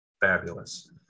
fabulous